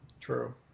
True